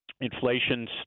Inflation's